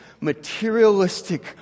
materialistic